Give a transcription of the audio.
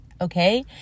okay